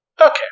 Okay